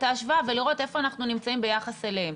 ההשוואה ולראות איפה אנחנו נמצאים ביחס אליהם.